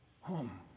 home